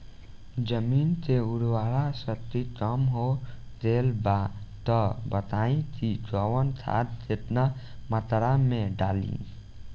जमीन के उर्वारा शक्ति कम हो गेल बा तऽ बताईं कि कवन खाद केतना मत्रा में डालि?